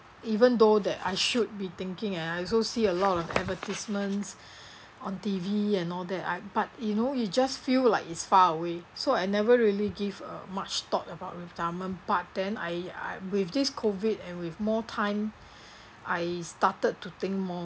even though that I should be thinking and I also see a lot of advertisements on T_V and all that I but you know you just feel like it's far away so I never really give uh much thought about retirement but then I I with this COVID and with more time I started to think more